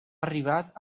arribat